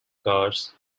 cars